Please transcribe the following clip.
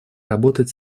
работать